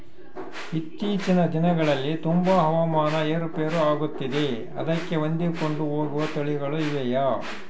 ಇತ್ತೇಚಿನ ದಿನಗಳಲ್ಲಿ ತುಂಬಾ ಹವಾಮಾನ ಏರು ಪೇರು ಆಗುತ್ತಿದೆ ಅದಕ್ಕೆ ಹೊಂದಿಕೊಂಡು ಹೋಗುವ ತಳಿಗಳು ಇವೆಯಾ?